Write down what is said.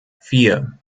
vier